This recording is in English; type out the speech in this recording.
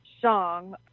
song